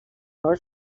your